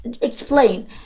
explain